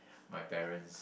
my parents